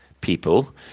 people